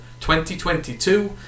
2022